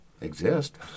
exist